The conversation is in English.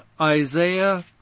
Isaiah